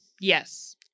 Yes